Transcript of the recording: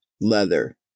Leather